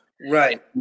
right